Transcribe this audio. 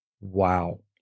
wow